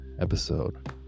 episode